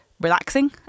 relaxing